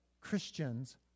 Christians